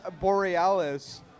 Borealis